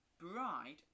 Bride